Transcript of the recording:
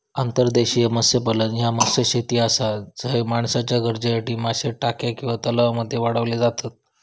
अंतर्देशीय मत्स्यपालन ह्या मत्स्यशेती आसा झय माणसाच्या गरजेसाठी मासे टाक्या किंवा तलावांमध्ये वाढवले जातत